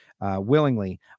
willingly